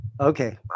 Okay